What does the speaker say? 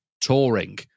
touring